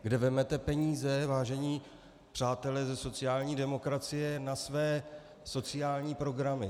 Kde vezmete peníze, vážení přátelé ze sociální demokracie, na své sociální programy?